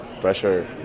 pressure